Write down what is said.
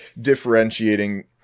differentiating